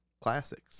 classics